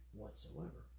whatsoever